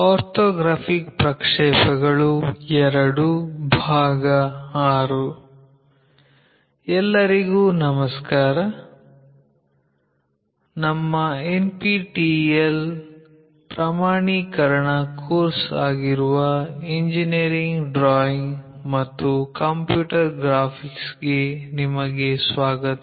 orthographic ಪ್ರಕ್ಷೇಪಗಳು II ಭಾಗ 6 ಎಲ್ಲರಿಗೂ ನಮಸ್ಕಾರ ನಮ್ಮ ಎನ್ಪಿಟಿಇಎಲ್ ಆನ್ಲೈನ್ ಪ್ರಮಾಣೀಕರಣ ಕೋರ್ಸ್ ಆಗಿರುವ ಇಂಜಿನಿಯರಿಂಗ್ ಡ್ರಾಯಿಂಗ್ ಮತ್ತು ಕಂಪ್ಯೂಟರ್ ಗ್ರಾಫಿಕ್ಸ್ ಗೆ ನಿಮಗೆ ಸ್ವಾಗತ